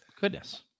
Goodness